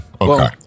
Okay